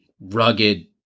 rugged